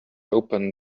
open